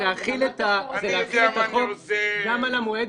להחיל את החוק גם על המועד